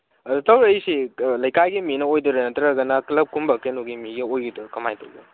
ꯑꯗꯨ ꯇꯧꯔꯛꯏꯁꯤ ꯂꯩꯀꯥꯏꯒꯤ ꯃꯤꯅ ꯑꯣꯏꯗꯣꯏꯔꯥ ꯅꯠꯇ꯭ꯔꯒꯅ ꯀ꯭ꯂꯕꯀꯨꯝꯕ ꯀꯩꯅꯣꯒꯤ ꯃꯤꯒ ꯑꯣꯏꯕꯤꯗꯣꯏꯔꯥ ꯀꯃꯥꯏꯅ ꯇꯧꯗꯣꯏꯅꯣ